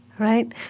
Right